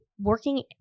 working